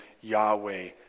Yahweh